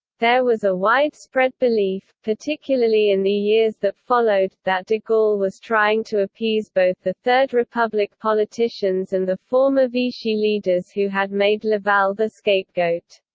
there was a widespread belief, particularly in the years that followed, that de gaulle was trying to appease both the third republic politicians and the former vichy leaders who had made laval their scapegoat.